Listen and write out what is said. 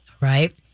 right